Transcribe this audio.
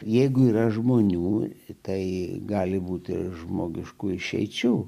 jeigu yra žmonių tai gali būti žmogiškų išeičių